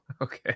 okay